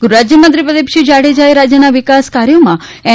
ગૃહરાજ્ય મંત્રી પ્રદીપસિંહ જાડેજાએ રાજ્યના વિકાસ કાર્યોમાં એન